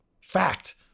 Fact